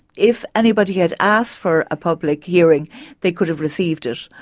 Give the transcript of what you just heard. if anybody had asked for a public hearing they could have received it,